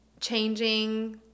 changing